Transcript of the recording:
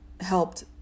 helped